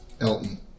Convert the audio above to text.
Elton